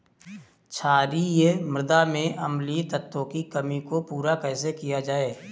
क्षारीए मृदा में अम्लीय तत्वों की कमी को पूरा कैसे किया जाए?